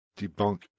debunk